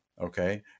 Okay